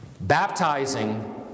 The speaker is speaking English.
Baptizing